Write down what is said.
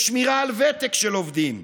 בשמירה על ותק של עובדים,